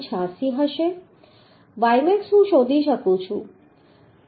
86 હશે ymax હું શોધી શકું છું